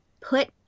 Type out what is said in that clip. put